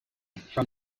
from